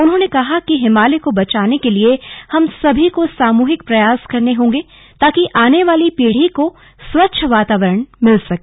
उन्होंने कहा कि हिमालय को बचाने के लिए हम सभी को सामूहिक प्रयास करने होंगे ताकि आने वाली पीढ़ी को स्वच्छ वातावरण मिल सके